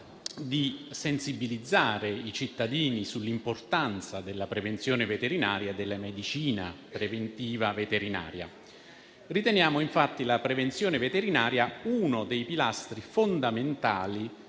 di sensibilizzare i cittadini sull'importanza della prevenzione veterinaria e della medicina preventiva veterinaria. Riteniamo infatti che la prevenzione veterinaria sia uno dei pilastri fondamentali